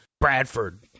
Bradford